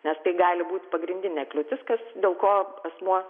nes tai gali būt pagrindinė kliūtis kas dėl ko asmuo